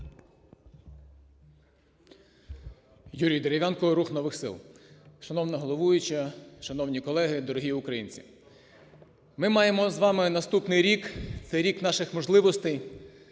Юрій Дерев'янко, "Рух нових сил". Шановна головуюча, шановні колеги, дорогі українці! Ми маємо з вами наступний рік – це рік наших можливостей,